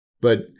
but-